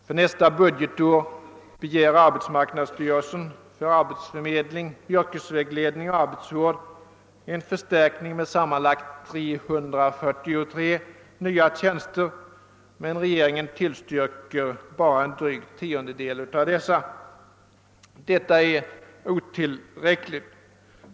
För nästa budgetår begär arbetsmarknadsstyrelsen för arbetsförmedling, yrkesvägledning och arbetsvård en förstärkning med sammanlagt 343 nya tjänster, men regeringen tillstyrker bara en dryg tiondel av dessa. Detta är otillräckligt.